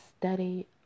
study